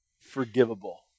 forgivable